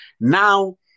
now